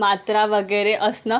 मात्रा वगैरे असणं